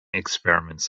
experiments